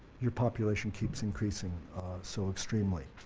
your population keeps increasing so extremely.